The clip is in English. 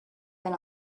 than